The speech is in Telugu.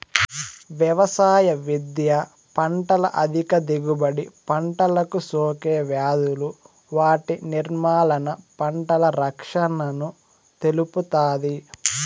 వ్యవసాయ విద్య పంటల అధిక దిగుబడి, పంటలకు సోకే వ్యాధులు వాటి నిర్మూలన, పంటల రక్షణను తెలుపుతాది